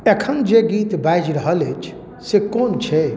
एखन जे गीत बाजि रहल अछि से कोन छै